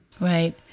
Right